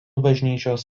bažnyčios